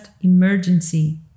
emergency